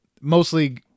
mostly